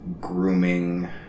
grooming